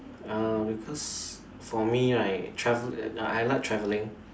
uh because for me right travel uh I like traveling